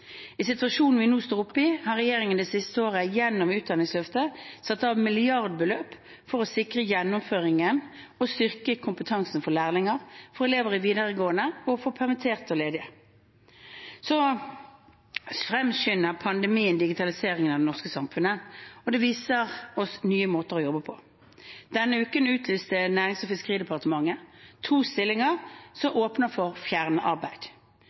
I situasjonen vi nå står oppe i, har regjeringen det siste året gjennom Utdanningsløftet satt av milliardbeløp for å sikre gjennomføringen og styrke kompetansen for lærlinger, for elever på videregående og for permitterte og ledige. Pandemien fremskynder digitaliseringen av det norske samfunnet, og det viser oss nye måter å jobbe på. Denne uken utlyste Nærings- og fiskeridepartementet to stillinger som åpner for